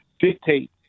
dictate